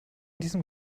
diesem